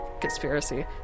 conspiracy